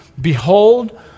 Behold